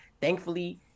Thankfully